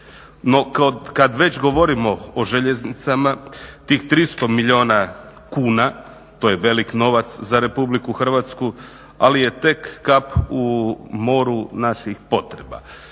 kad već govorimo o željeznicama, tih 300 milijuna kuna, to je velik novac za RH, ali je tek kap u moru naših potreba.